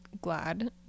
glad